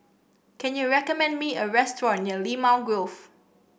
can you recommend me a restaurant near Limau Grove